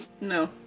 No